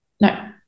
no